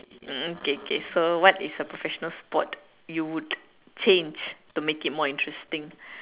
hmm okay okay so what is the professional sport you would change to make it more interesting